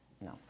no